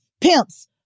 pimps